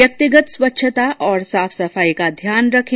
व्यक्तिगत स्वच्छता और साफ सफाई का ध्यान रखें